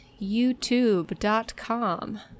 YouTube.com